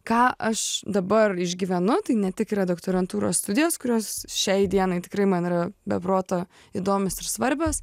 ką aš dabar išgyvenu tai ne tik yra doktorantūros studijos kurios šiai dienai tikrai man yra be proto įdomios ir svarbios